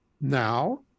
now